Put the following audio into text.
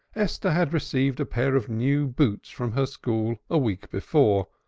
esther had received a pair of new boots from her school a week before,